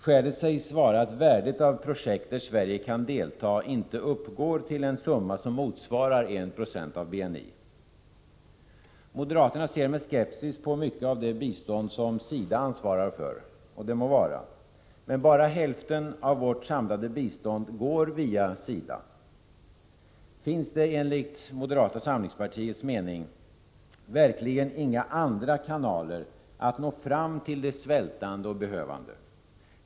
Skälet sägs vara att värdet av projekt där Sverige kan delta inte uppgår till en summa som motsvarar 1 96 av BNI. Moderaterna ser med skepsis på mycket av det bistånd som SIDA ansvarar för. Det må vara, men bara hälften av vårt samlade bistånd går via SIDA. Finns det enligt moderata samlingspartiets mening verkligen inga andra kanaler att nå fram till de svältande och behövande?